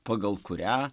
pagal kurią